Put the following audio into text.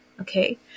Okay